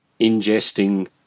ingesting